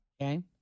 Okay